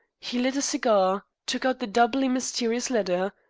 he lit a cigar, took out the doubly mysterious letter,